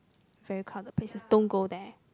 vey crowded places don't go there